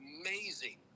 amazing